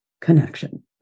connection